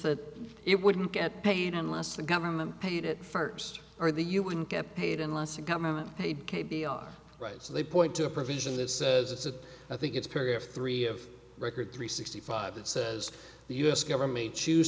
that it wouldn't get paid unless the government paid it first or the you wouldn't get paid unless the government paid k b r right so they point to a provision that says it's a i think it's period three of record three sixty five that says the u s government choose